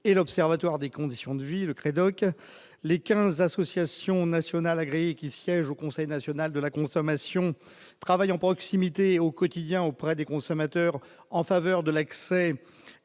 et l'Observatoire des conditions de vie, le Crédoc, les 15 associations nationales agréés qui siège au Conseil national de la consommation travaillant proximité au quotidien auprès des consommateurs en faveur de l'accès